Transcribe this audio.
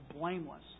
blameless